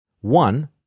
One